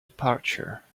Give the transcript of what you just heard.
departure